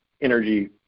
energy